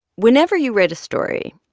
whenever you write a story,